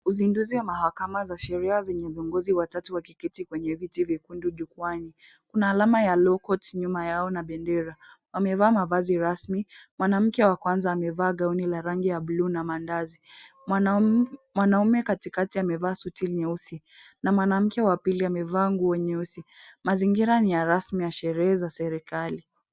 Uzinduzi wa mahakama za sheria zenye viongozi watatu wakiketi kwenye viti vyekundu jukwaani. Kuna alama ya law courts nyuma yao na bendera. Wamevaa mavazi rasmi, mwanamke wa kwanza amevaa gauni la rangi ya bluu na mandazi. Mwanaume katikati amevaa suti nyeusi na mwanamke wa pili amevaa nguo nyeusi. Mazingira ni ya rasmi ya sherehe za serekali.